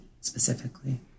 specifically